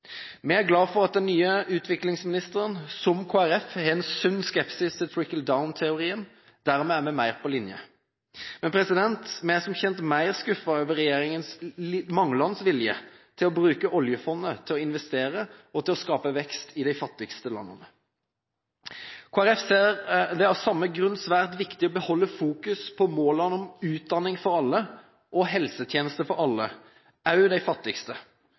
Vi er glad for at den nye utviklingsministeren, som Kristelig Folkeparti, har en sunn skepsis til «trickle down»-teorien. Dermed er vi mer på linje. Men vi er som kjent mer skuffet over regjeringens manglende vilje til å bruke oljefondet til å investere og til å skape vekst i de fattigste landene. Kristelig Folkeparti ser det av samme grunn som svært viktig å beholde et fokus på målene om utdanning for alle og helsetjenester for alle – også de fattigste.